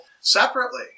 separately